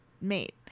Made